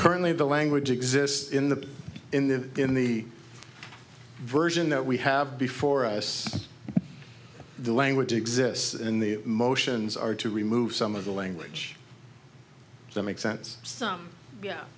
currently the language exists in the in the in the version that we have before us the language exists in the motions are to remove some of the language that makes sense some